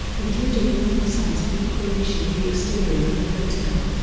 including a life-size re-creation of the exterior of the hotel.